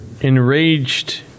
enraged